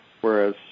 Whereas